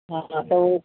हा हा त